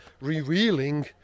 revealing